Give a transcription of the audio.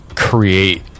create